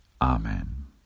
Amen